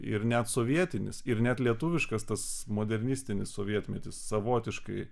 ir net sovietinis ir net lietuviškas tas modernistinis sovietmetis savotiškai